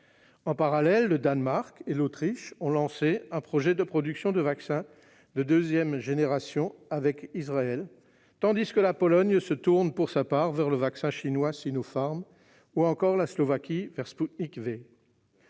En parallèle, le Danemark et l'Autriche ont lancé un projet de production de vaccin de deuxième génération avec Israël, tandis que la Pologne se tourne pour sa part vers le vaccin chinois Sinopharm et la Slovaquie vers Spoutnik V.